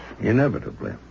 Inevitably